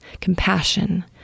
compassion